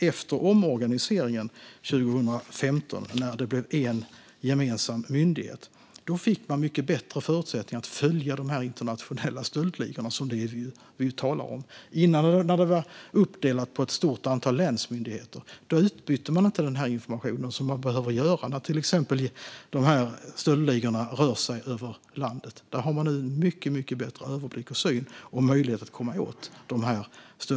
Efter omorganiseringen 2015, då det blev en gemensam myndighet, fick man mycket bättre förutsättningar att följa de internationella stöldligor som vi talar om. Tidigare var det uppdelat i ett stort antal länsmyndigheter, och då utbytte man inte den information på det sätt som man behöver göra, till exempel när stöldligorna rör sig över landet. Nu har man en mycket bättre överblick och möjlighet att komma åt dem.